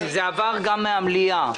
זה עבר גם מן המליאה.